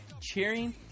cheering